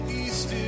east